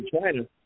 China